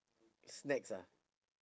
snacks ah